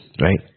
right